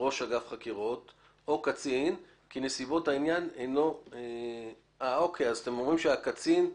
ראש אגף חקירות או קצין כי נסיבות העניין אינן מצריכות את המלצתו.